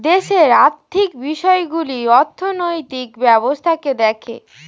দেশের আর্থিক বিষয়গুলো অর্থনৈতিক ব্যবস্থাকে দেখে